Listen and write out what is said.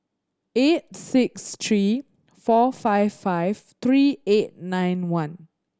eight six three four five five three eight nine one